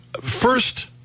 First